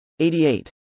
88